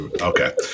Okay